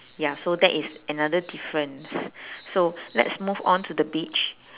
ya so that is another difference so let's move on to the beach